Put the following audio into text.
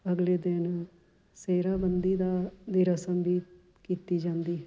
ਅਗਲੇ ਦਿਨ ਸਿਹਰਾਬੰਦੀ ਦਾ ਦੀ ਰਸਮ ਕੀਤੀ ਜਾਂਦੀ